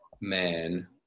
man